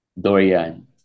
Dorian